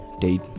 date